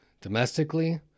Domestically